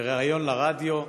בריאיון לרדיו,